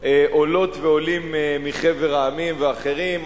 עולות ועולים מחבר המדינות ואחרים,